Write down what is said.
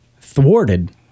thwarted